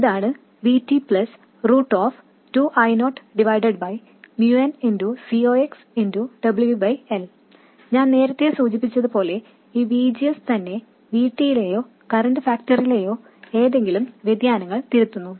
ഇതാണ് VT 2I0nCox ഞാൻ നേരത്തെ സൂചിപ്പിച്ചതുപോലെ ഈ VGS തന്നെ VT യിലെയോ കറൻറ് ഫാക്ടറിലെയോ ഏതെങ്കിലും വ്യതിയാനങ്ങൾ തിരുത്തുന്നു